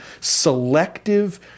selective